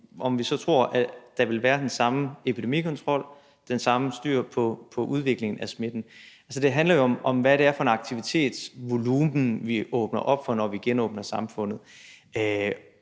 om vi så tror, at der vil være den samme epidemikontrol, den samme styr på udviklingen af smitten. Det handler om, hvad det er for en aktivitetsvolumen, vi åbner op for, når vi genåbner samfundet.